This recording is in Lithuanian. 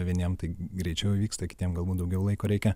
vieniem tai greičiau įvyksta kitiem galbūt daugiau laiko reikia